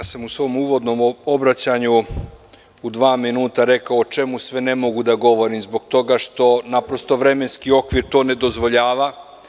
U svom uvodnom obraćanju, u dva minuta, sam rekao o čemu sve ne mogu da govorim, zbog toga što vremenski okvir to ne dozvoljava.